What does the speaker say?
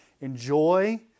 Enjoy